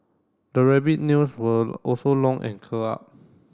the rabbit nails were also long and curled up